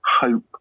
hope